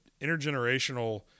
intergenerational